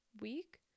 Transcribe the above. week